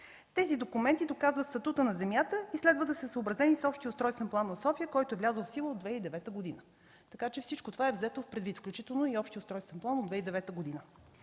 Тези документи доказват статута на земята и следва да са съобразени с Общия устройствен план на София, който е влязъл в сила от 2009 г. Всичко това е взето в предвид, включително и Общия устройствен план от 2009 г.